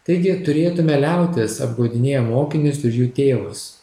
taigi turėtume liautis apgaudinėję mokinius ir jų tėvus